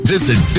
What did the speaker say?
Visit